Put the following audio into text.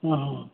ఆహా